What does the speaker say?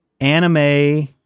anime